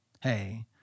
Hey